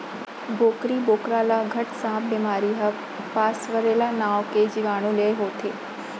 बोकरी बोकरा ल घट सांप बेमारी ह पास्वरेला नांव के जीवाणु ले होथे